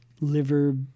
liver